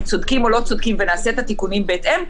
צודקים או לא צודקים ונעשה את התיקונים בהתאם,